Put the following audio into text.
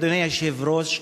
אדוני היושב-ראש,